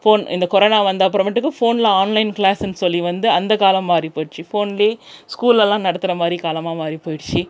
phone இந்த corona வந்த அப்புறமேட்டுக்கு ஃபோனில் ஆன்லைன் க்ளாஸுன்னு சொல்லி வந்து அந்த காலம் மாறி போயிடுச்சு ஃபோனிலே ஸ்கூல்லெலாம் நடத்துகிற மாறி காலமாக மாறி போயிடுச்சு